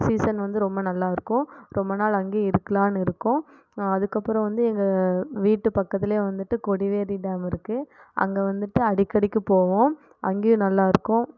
season வந்து ரொம்ப நல்லாயிருக்கும் ரொம்ப நாள் அங்கே இருக்கலான்னு இருக்கும் அதுக்கப்றம் வந்து எங்கள் வீட்டு பக்கத்துலேயே வந்துவிட்டு கொடிவேரி டேம் இருக்குது அங்கே வந்துவிட்டு அடிக்கடிக்கு போவோம் அங்கேயும் நல்லாயிருக்கும்